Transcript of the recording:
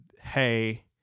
hey